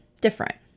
different